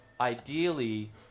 ideally